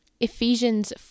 Ephesians